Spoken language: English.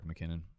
McKinnon